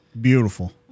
Beautiful